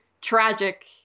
tragic